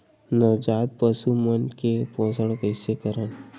नवजात पशु मन के पोषण कइसे करन?